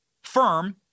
firm